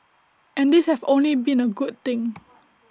and these have only been A good thing